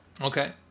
Okay